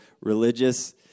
religious